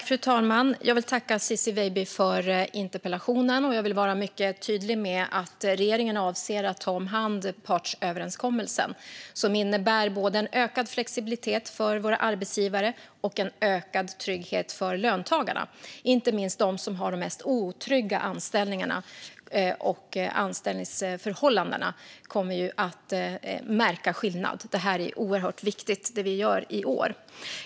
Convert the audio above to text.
Fru talman! Jag vill tacka Ciczie Weidby för interpellationen. Jag vill vara mycket tydlig med att regeringen avser att ta hand om partsöverenskommelsen, som innebär både ökad flexibilitet för våra arbetsgivare och ökad trygghet för löntagarna. Inte minst de som har de mest otrygga anställningarna och anställningsförhållandena kommer att märka skillnad. Det är oerhört viktigt, det vi gör i år.